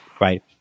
right